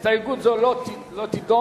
הסתייגות זו לא תידון.